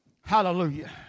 Hallelujah